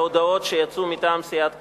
להודעות שיצאו מטעם סיעת קדימה,